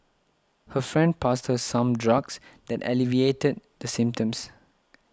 her friend passed her some drugs that alleviated the symptoms